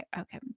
okay